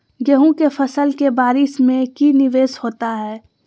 गेंहू के फ़सल के बारिस में की निवेस होता है?